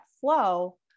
flow